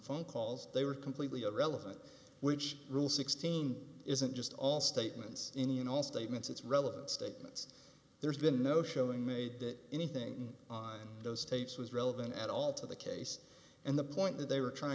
phone calls they were completely irrelevant which rule sixteen isn't just all statements any and all statements it's relevant statements there's been no showing made that anything on those tapes was relevant at all to the case and the point that they were trying